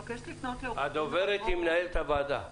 הדוברת היא מנהלת הוועדה.